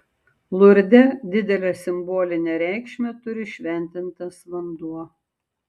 lurde didelę simbolinę reikšmę turi šventintas vanduo